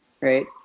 right